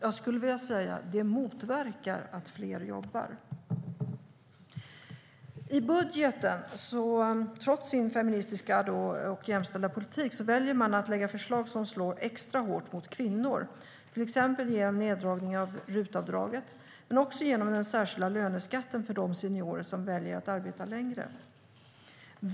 Jag skulle vilja säga att det motverkar att fler jobbar. Trots sin feministiska och jämställda politik väljer regeringen att i sin budget lägga fram förslag som slår extra hårt mot kvinnor, till exempel genom en neddragning av RUT-avdraget men också genom den särskilda löneskatten på seniorer som väljer att arbeta längre.